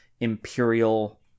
Imperial